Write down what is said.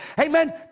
Amen